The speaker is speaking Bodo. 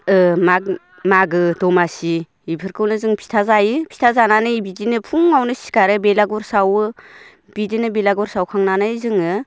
मागो दमासि बेफोरखौनो जों फिथा जायो फिथा जानानै बिदिनो फुङावनो सिखारो बेलाघर सावो बिदिनो बेलाघर सावखांनानै जोङो